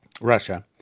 Russia